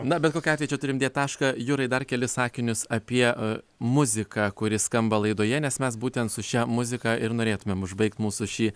na bet kokiu atveju čia turim dėt tašką jurai dar kelis sakinius apie muziką kuri skamba laidoje nes mes būtent su šia muzika ir norėtumėm užbaigt mūsų šį